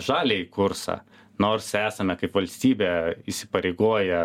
žaliąjį kursą nors esame kaip valstybė įsipareigoję